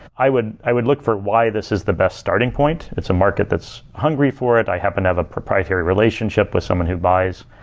i would i would look for why this is the best starting point. it's a market that's hungry for it. i have and another ah proprietary relationship with someone who buys.